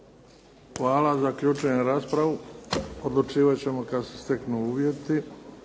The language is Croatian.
Hvala. Zaključujem raspravu. Odlučivat ćemo kada se steknu uvjeti.